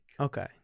Okay